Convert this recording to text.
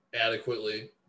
adequately